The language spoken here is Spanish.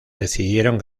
decidieron